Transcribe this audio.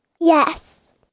Yes